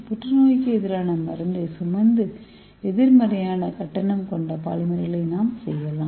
புற்றுநோய்க்கு எதிரான மருந்தைச் சுமந்து எதிர்மறையான கட்டணம் கொண்ட பாலிமர்களை நாம் செய்யலாம்